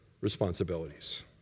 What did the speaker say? responsibilities